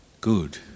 good